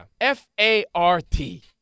F-A-R-T